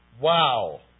Wow